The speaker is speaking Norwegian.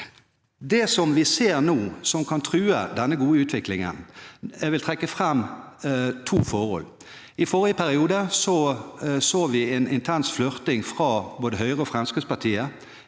ser vi noe som kan true denne gode utviklingen, og jeg vil trekke fram to forhold. I forrige periode så vi en intens flørting fra både Høyre og Fremskrittspartiet